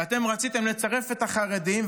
ואתם רציתם לצרף את החרדים.